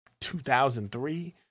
2003